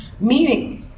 meaning